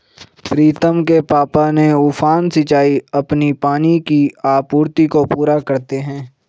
प्रीतम के पापा ने उफान सिंचाई से अपनी पानी की आपूर्ति को पूरा करते हैं